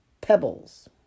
pebbles